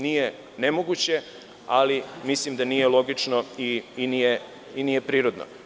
Nije nemoguće, ali mislim da nije logično i nije prirodno.